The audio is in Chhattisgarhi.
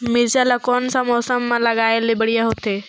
मिरचा ला कोन सा मौसम मां लगाय ले बढ़िया हवे